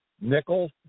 nickel